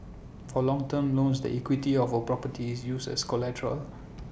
for loan term loans the equity of A property is used as collateral